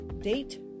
date